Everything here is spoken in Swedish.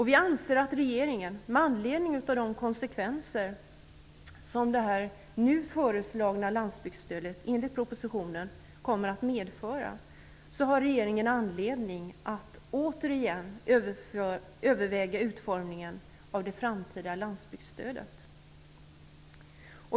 Vi anser att regeringen, med anledning av de konsekvenser som det nu föreslagna jordbruksstödet enligt propositionen kommer att medföra, har anledning att återigen överväga utformningen av det framtida landsbygdsstödet.